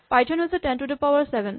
Python হৈছে ten to the power seven